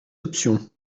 options